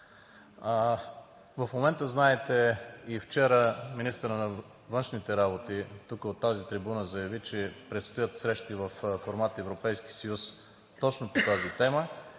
В момента, знаете, и вчера министърът на външните работи тук от тази трибуна заяви, че предстоят срещи във формат Европейски съюз точно по тази тема.